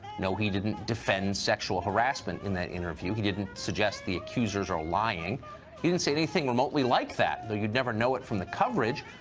no, he didn't defend sexual harassment in that interview. he didn't suggest the accusers are lying. he didn't say anything remotely like that, though you'd never know it from the coverage,